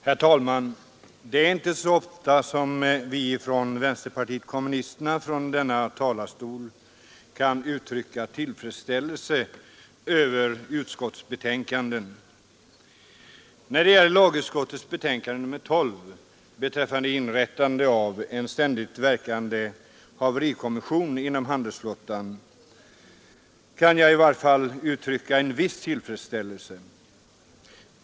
Herr talman! Det är inte så ofta som vi i vänsterpartiet kommunisterna från denna talarstol kan uttrycka tillfredsställelse över utskottsbetänkanden. När det gäller lagutskottets betänkande nr 12 beträffande inrättande av en ständigt verkande haverikommission inom handelsflottan kan jag i vart fall uttrycka en viss tillfredsställelse.